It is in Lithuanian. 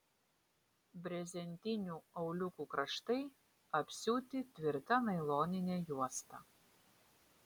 brezentinių auliukų kraštai apsiūti tvirta nailonine juosta